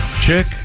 Chick